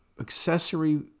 accessory